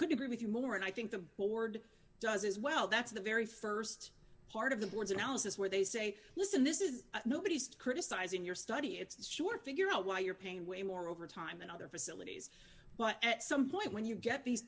could agree with you more and i think the board does as well that's the very st part of the board's analysis where they say listen this is nobody's criticizing your study it's sure figure out why you're paying way more overtime and other facilities but at some point when you get these